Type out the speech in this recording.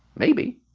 maybe.